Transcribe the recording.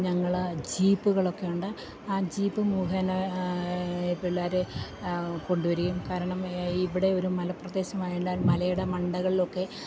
ഞങ്ങള് ജീപ്പുകളൊക്കെയുണ്ട് ആ ജീപ്പ് മൂഖേന പിള്ളരെ കൊണ്ടുവരികയും കാരണം ഇവിടെ ഒരു മലപ്രദേശമായുള്ള മലയുടെ മണ്ടകളിലൊക്കെ